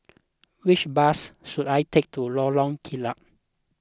which bus should I take to Lorong Kilat